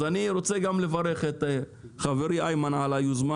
אז אני רוצה גם לברך את חברי איימן על היוזמה